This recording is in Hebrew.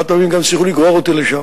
ובאחת הפעמים גם הצליחו לגרור אותי לשם.